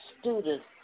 students